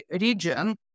region